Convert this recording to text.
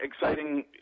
exciting